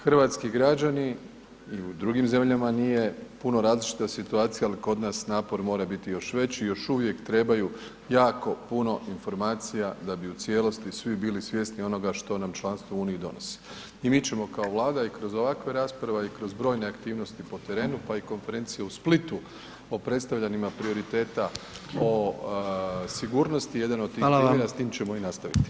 Hrvatski građani, ni u drugim zemljama nije puno različita situacija, ali kod nas napor mora biti još veći i još uvijek trebaju jako puno informacija da bi u cijelosti bili svjesni onoga što nam članstvo u uniji donosi i mi ćemo kao Vlada i kroz ovakve rasprave, a i kroz brojne aktivnosti po terenu, pa i konferencije u Splitu o predstavljanima prioriteta o sigurnosti jednim od tih [[Upadica predsjednik: Hvala vam.]] primjera, s tim ćemo i nastaviti.